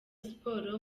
sports